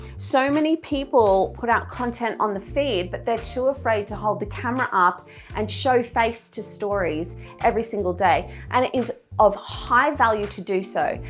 so many people put out content on the feed but they're too afraid to hold the camera up and show face to stories single day and it is of high value to do so,